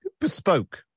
bespoke